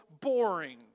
boring